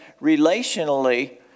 relationally